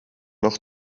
noch